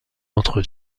entre